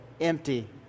empty